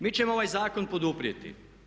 Mi ćemo ovaj zakon poduprijeti.